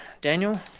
Daniel